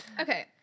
Okay